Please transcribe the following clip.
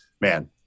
man